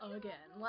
again